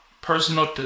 personal